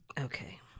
Okay